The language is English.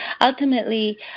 ultimately